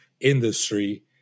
industry